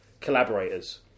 collaborators